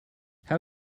how